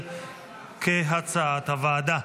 כהצעת הוועדה,